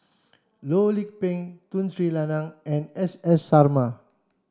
Loh Lik Peng Tun Sri Lanang and S S Sarma